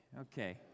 okay